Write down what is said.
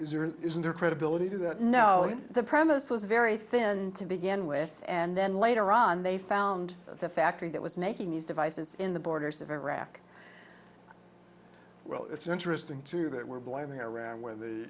area isn't there credibility to that no the premise was very thin to begin with and then later on they found the factory that was making these devices in the borders of iraq well it's interesting too that we're blaming iran where the